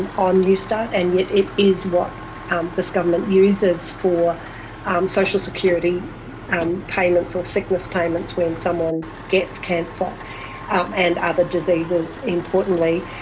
and on newstart, and yet it is what um this government uses for social security um payments or sickness payments when someone gets cancer um and other diseases, importantly.